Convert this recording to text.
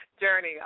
journey